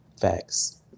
Facts